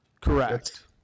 Correct